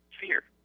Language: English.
fear